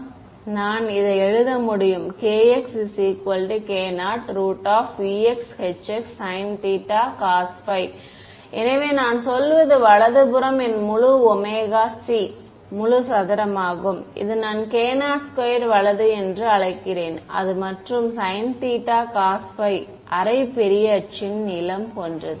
எனவே நான் இதை எழுத முடியும் kxk0 ex hx sin θ cosϕ எனவே நான் சொல்வது வலது புறம் என் முழு ஒமேகா c முழு சதுரமாகும் இது நான் k02 மற்றும் ex hy என்று அழைக்கிறேன் அது மற்றும் sin θ cosϕ அரை பெரிய அச்சின் நீளம் போன்றது